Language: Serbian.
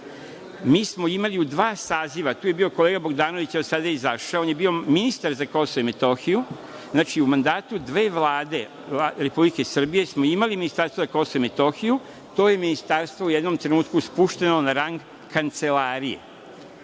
Mi smo imali u dva saziva, tu je bio kolega Bogdanović, sada je izašao, on je bio ministar za Kosovo i Metohiju. Znači, u mandatu dve vlade Republike Srbije smo imali Ministarstvo za Kosovo i Metohiju i to je ministarstvo u jednom trenutku spušteno na rang kancelarije.